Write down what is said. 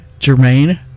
jermaine